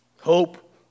Hope